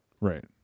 right